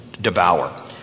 devour